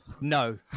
No